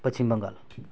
Paschim Bengal